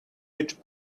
each